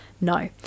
No